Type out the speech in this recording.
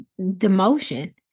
demotion